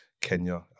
Kenya